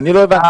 אני לא הבנתי,